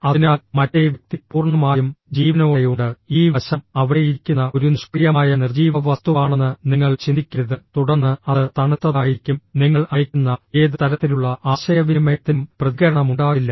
അതിനാൽ മറ്റേ വ്യക്തി പൂർണ്ണമായും ജീവനോടെയുണ്ട് ഈ വശം അവിടെ ഇരിക്കുന്ന ഒരു നിഷ്ക്രിയമായ നിർജീവ വസ്തുവാണെന്ന് നിങ്ങൾ ചിന്തിക്കരുത് തുടർന്ന് അത് തണുത്തതായിരിക്കും നിങ്ങൾ അയയ്ക്കുന്ന ഏത് തരത്തിലുള്ള ആശയവിനിമയത്തിനും പ്രതികരണമുണ്ടാകില്ല